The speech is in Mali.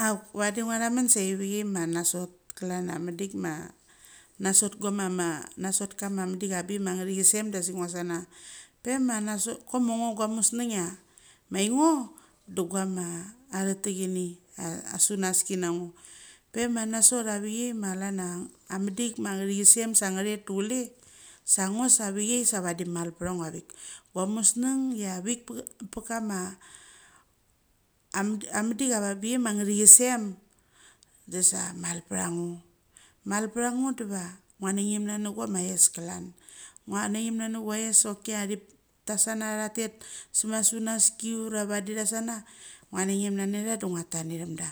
Auk vadi ngua thamen se viochai ma nasot klan chia mandik ma nosat gua ma nosat kama mandik ava bik ama ngethisem da sik nosana, pe ma nosat koma ngo gua musneng chia ingo, da guama thetechni ma sunaski nango, pe ma nasot tha vichai ma klan chia a mendik ma ngethisem sa ngethet da kule sa ngo sa avichai sa vadi va mal patha ngo vik. Gua musmeng chia vik pachama amandi, amandik avangbik ama ngethsisem da sa sa mal patha ngo diva ngua nangim nani guam athoes klan ngua nangim nani guama athoes. Choki chia tha sana tha tet semachika sunaski ura vadi tha sana ngua rangim nani atha da ngu that nge chemda